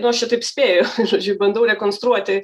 nu aš čia taip spėju žodžiu bandau rekonstruoti